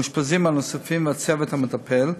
למאושפזים הנוספים ולצוות המטפל,